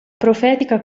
profetica